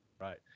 Right